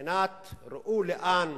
בבחינת ראו לאן